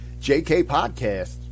JKPODCAST